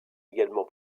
également